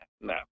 no